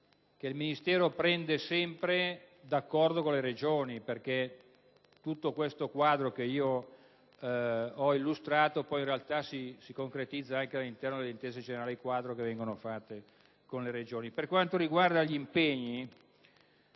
il Ministero assume sempre d'accordo con le Regioni. Infatti, tutto il quadro che ho illustrato, in realtà, si concretizza anche all'interno delle intese generali quadro che vengono stipulate con le Regioni. Per quanto riguarda gli impegni,